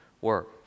work